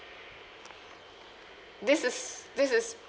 this is this is